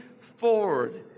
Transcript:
forward